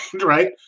Right